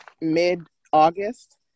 mid-august